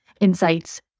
insights